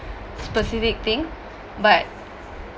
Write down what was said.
specific thing but